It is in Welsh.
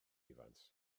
evans